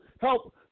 help